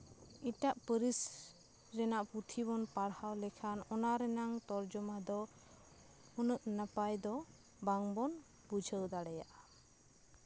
ᱮᱴᱟᱜ ᱯᱟᱹᱨᱤᱥ ᱨᱮᱱᱟᱜ ᱯᱩᱛᱷᱤ ᱵᱚᱱ ᱯᱟᱲᱦᱟᱣ ᱞᱮᱠᱷᱟᱱ ᱚᱱᱟ ᱨᱮᱱᱟᱝ ᱛᱚᱨᱡᱚᱢᱟ ᱫᱚ ᱩᱱᱟᱹᱜ ᱱᱟᱯᱟᱭ ᱫᱚ ᱵᱟᱝ ᱵᱚᱱ ᱵᱩᱡᱷᱟᱹᱣ ᱫᱟᱲᱮᱭᱟᱜᱼᱟ